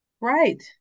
Right